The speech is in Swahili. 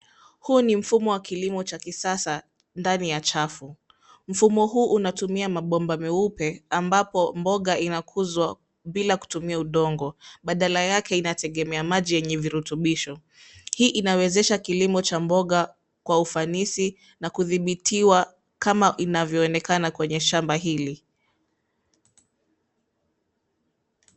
Huu ni mfumo wa kilimo cha kisasa ndani ya chafu. Mfumo huu unatumia mabomba meupe ambapo mboga inakuzwa bila kutumia udongo badala yake inategemea maji yenye virutubisho. Hii inawezesha kilimo cha mboga kwa ufanisi na kudhibitiwa kama inavyoonekana kwenye shamba hili.